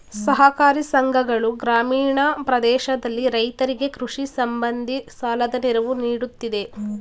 ಸಹಕಾರಿ ಸಂಘಗಳು ಗ್ರಾಮೀಣ ಪ್ರದೇಶದಲ್ಲಿ ರೈತರಿಗೆ ಕೃಷಿ ಸಂಬಂಧಿ ಸಾಲದ ನೆರವು ನೀಡುತ್ತಿದೆ